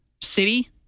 city